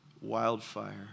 wildfire